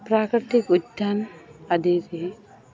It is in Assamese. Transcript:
প্ৰাকৃতিক উদ্যান আদিৰে